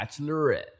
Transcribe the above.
Bachelorette